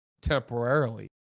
temporarily